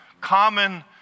common